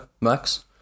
max